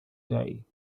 day